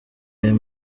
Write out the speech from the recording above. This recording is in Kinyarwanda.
aya